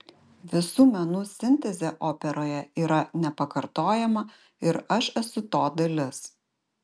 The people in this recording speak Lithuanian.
visų menų sintezė operoje yra nepakartojama ir aš esu to dalis